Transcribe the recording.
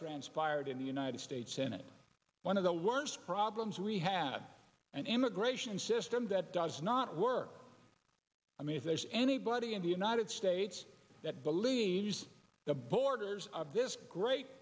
transpired in the united states senate one of the worst problems we have an immigration system that does not work i mean if there's anybody in the united states that believes the borders of this great